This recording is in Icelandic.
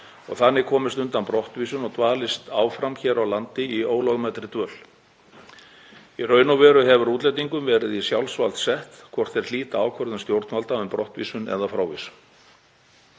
og þannig komist undan brottvísun og dvalist áfram hér á landi í ólögmætri dvöl. Í raun og veru hefur útlendingum verið í sjálfsvald sett hvort þeir hlíta ákvörðun stjórnvalda um brottvísun eða frávísun.